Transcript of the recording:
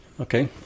okay